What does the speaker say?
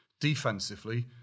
defensively